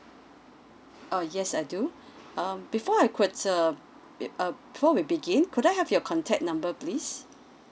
uh yes I do um before I could uh be~ uh before we begin could I have your contact number please